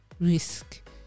risk